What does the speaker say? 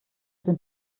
sind